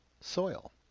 soil